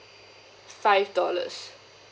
five dollars